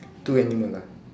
two animal ah